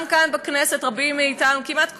גם כאן בכנסת רבים מאתנו, כמעט כולנו,